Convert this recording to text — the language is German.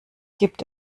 gibt